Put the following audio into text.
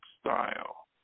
style